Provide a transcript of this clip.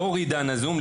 לאור עידן הזום,